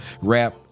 rap